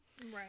Right